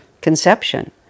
conception